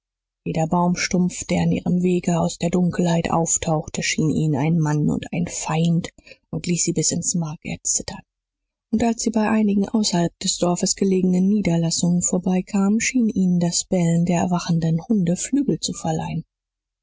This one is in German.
jeder baumstumpf der an ihrem wege aus der dunkelheit auftauchte schien ihnen ein mann und ein feind und ließ sie bis ins mark erzittern und als sie bei einigen außerhalb des dorfes gelegenen niederlassungen vorbeikamen schien ihnen das bellen der erwachten hunde flügel zu verleihen